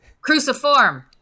Cruciform